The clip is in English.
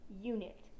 unit